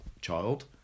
child